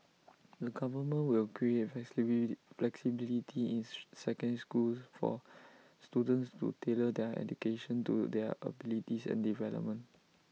the government will create flexibility in secondary schools for students to tailor their education to their abilities and development